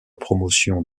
promotion